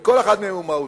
כל אחד מהם הוא מהותי.